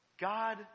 God